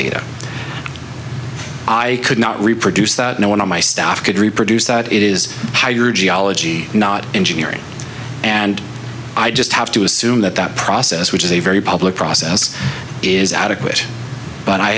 data i could not reproduce that no one on my staff could reproduce that it is how you geology not engineering and i just have to assume that that process which is a very public process is adequate but i